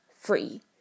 free